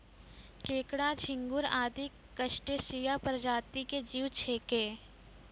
केंकड़ा, झिंगूर आदि क्रस्टेशिया प्रजाति के जीव छेकै